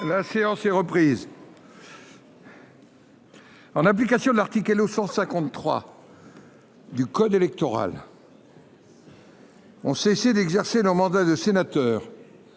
La séance est reprise. En application de l’article L.O. 153 du code électoral ont cessé d’exercer leur mandat de sénateur,